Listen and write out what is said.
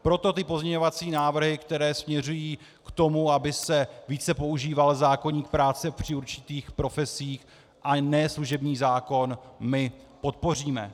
Proto ty pozměňovací návrhy, které směřují k tomu, aby se více používal zákoník práce při určitých profesí, a ne služební zákon, my podpoříme.